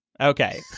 Okay